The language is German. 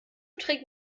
trägt